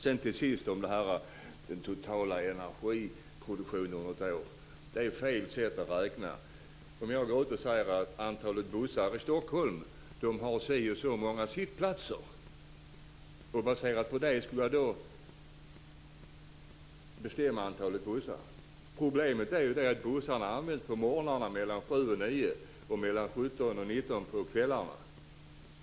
Sedan var det frågan om den totala energiproduktionen under ett år. Det är fel sätt att räkna. Jag skulle kunna säga att bussarna i Stockholm har si och så många sittplatser, och därmed går det att bestämma antalet bussar. Problemet är att bussarna används på morgnarna mellan kl. 7 och 9 och mellan kl. 17 och 19 på kvällarna.